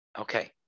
Okay